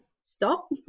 stop